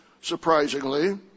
surprisingly